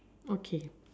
okay